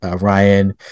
Ryan